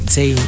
Say